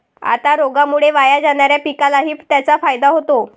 आता रोगामुळे वाया जाणाऱ्या पिकालाही त्याचा फायदा होतो